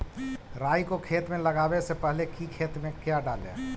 राई को खेत मे लगाबे से पहले कि खेत मे क्या डाले?